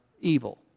evil